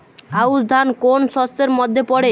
আউশ ধান কোন শস্যের মধ্যে পড়ে?